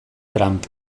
trump